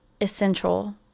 essential